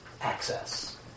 access